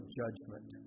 judgment